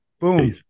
Boom